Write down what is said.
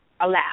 allowed